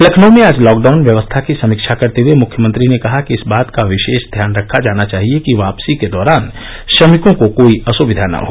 लखनऊ में आज लॉकडाउन व्यवस्था की समीक्षा करते हुए मुख्यमंत्री ने कहा कि इस बात का विशेष ध्यान रखा जाना चाहिए कि वापसी के दौरान श्रमिकों को कोई असुविधा न हो